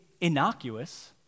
innocuous